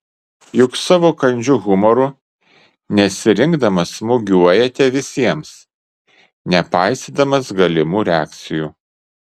juk savo kandžiu humoru nesirinkdamas smūgiuojate visiems nepaisydamas galimų reakcijų